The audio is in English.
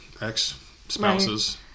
ex-spouses